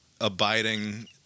abiding